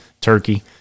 turkey